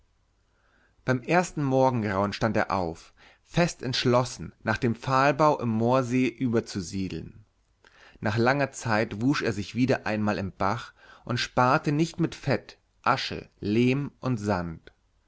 beim ersten morgengrauen stand er auf fest entschlossen nach dem pfahlbau im moorsee überzusiedeln nach langer zeit wusch er sich wieder einmal im bach und sparte nicht mit fett asche lehm und sand